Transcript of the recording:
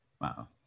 Wow